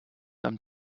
einem